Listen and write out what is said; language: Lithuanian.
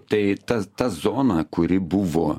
tai tas tą zoną kuri buvo